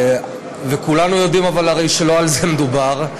אבל כולנו הרי יודעים שלא על זה מדובר.